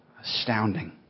Astounding